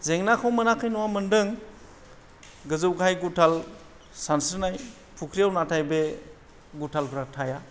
जेंनाखौ मोनाखै नङा मोनदों गोजौ गाहाय गुथाल सानस्रिनाय फुख्रिआव नाथाय बे गुथालफ्रा थाया